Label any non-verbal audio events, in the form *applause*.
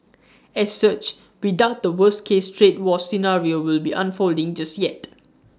*noise* as such we doubt the worst case trade war scenario will be unfolding just yet